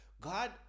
God